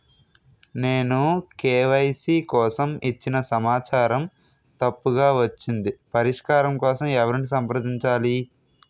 నేను కే.వై.సీ కోసం ఇచ్చిన సమాచారం తప్పుగా వచ్చింది పరిష్కారం కోసం ఎవరిని సంప్రదించాలి?